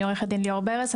אני עורכת דין ליאור ברס,